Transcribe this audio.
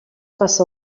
passa